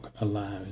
allows